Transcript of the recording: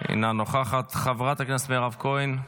אינה נוכחת, חברת הכנסת מירב כהן,